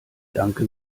danke